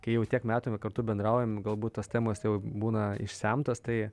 kai jau tiek metų va kartu bendraujam galbūt tos temos jau būna išsemtos tai